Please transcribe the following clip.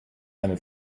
eine